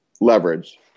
leverage